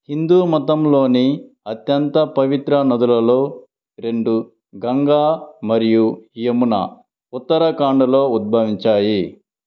హిందూమతంలోని అత్యంత పవిత్ర నదులలో రెండు గంగా మరియు యమునా ఉత్తరాఖండ్లో ఉద్భవించాయి